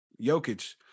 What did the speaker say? Jokic